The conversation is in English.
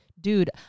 dude